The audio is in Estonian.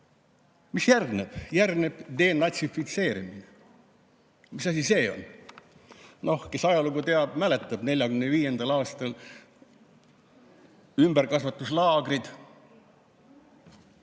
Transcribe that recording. Mis järgneb? Järgneb denatsifitseerimine. Mis asi see on? Noh, kes ajalugu teab, mäletab, et 1945. aastal olid ümberkasvatuslaagrid.